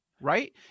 right